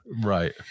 right